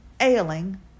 ailing